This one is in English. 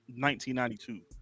1992